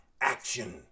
action